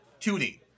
2D